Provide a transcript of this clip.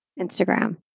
Instagram